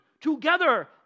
together